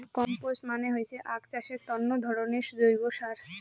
compost মানে হইসে আক চাষের তন্ন ধরণের জৈব সার